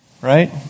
right